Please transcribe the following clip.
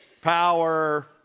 power